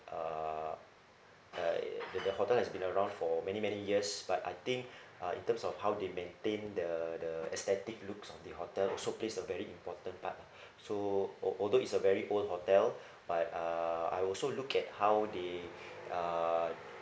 uh I the the hotel has been around for many many years but I think uh in terms of how they maintain the the aesthetic looks on the hotel also plays a very important part so al~ although is a very old hotel but uh I will also look at how they uh